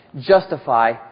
justify